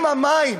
המים